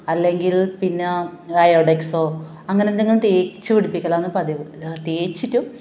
അല്ലെങ്കിൽ പിന്നെ അയോഡെക്സോ അങ്ങനെ എന്തെങ്കിലും തേച്ച് പിടിപ്പിക്കലാന്ന് പതിവ് അത് തേച്ചിട്ടും